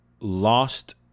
lost